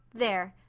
there!